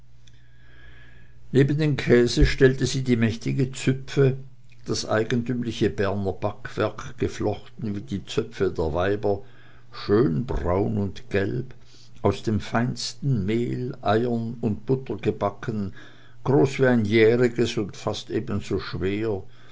neben den käse stellte sie die mächtige züpfe das eigentümliche berner backwerk geflochten wie die zöpfe der weiber schön braun und gelb aus dem feinsten mehl eiern und butter gebacken groß wie ein jähriges und fast ebenso schwer